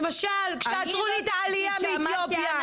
למשל כשעצרו לנו את העלייה מאתיופיה,